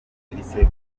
ibisekuru